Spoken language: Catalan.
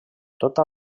tota